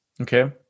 okay